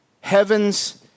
Heaven's